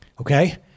okay